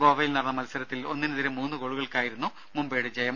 ഗോവയിൽ നടന്ന മത്സരത്തിൽ ഒന്നിനെതിരെ മൂന്ന് ഗോളുകൾക്കായിരുന്നു മുംബൈയുടെ ജയം